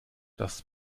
das